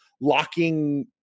locking